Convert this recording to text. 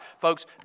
Folks